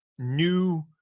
new